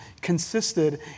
consisted